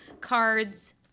cards